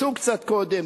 עשו קצת קודם,